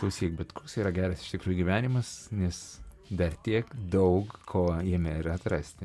klausyk bet koks yra geras iš tikrųjų gyvenimas nes dar tiek daug ko jame yra atrasti